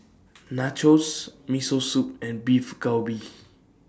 Nachos Miso Soup and Beef Galbi